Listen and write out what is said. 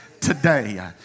today